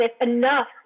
enough